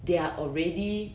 they are already